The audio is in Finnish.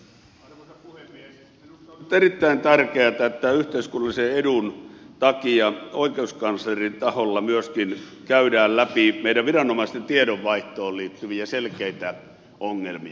minusta on nyt erittäin tärkeätä että yhteiskunnallisen edun takia oikeuskanslerin taholla myöskin käydään läpi meidän viranomaisten tiedonvaihtoon liittyviä selkeitä ongelmia